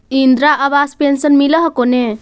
Indira Awas pension मिल हको ने?